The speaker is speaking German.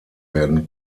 werden